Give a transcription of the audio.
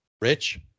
Rich